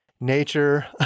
nature